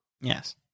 Yes